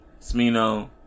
SmiNo